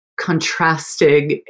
contrasting